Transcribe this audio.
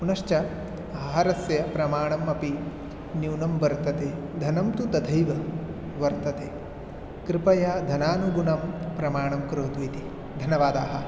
पुनश्च आहारस्य प्रमाणम् अपि न्यूनं वर्तते धनं तु तथैव वर्तते कृपया धनानुगुणं प्रमाणं करोतु इति धन्यवादाः